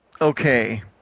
Okay